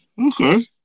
Okay